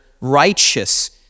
righteous